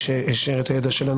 משאבים פרטיים.